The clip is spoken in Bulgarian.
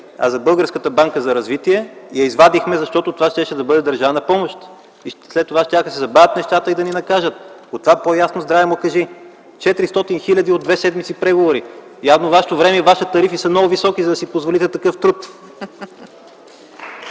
Българската банка за развитие я извадихме, защото това щеше да бъде държавна помощ, след това щяха да се забавят нещата и да ни накажат. От това по-ясно здраве му кажи – 400 хиляди от две седмици преговори. Явно вашето време и вашите тарифи са много високи, за да си позволите такъв труд.